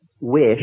wish